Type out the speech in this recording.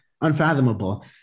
unfathomable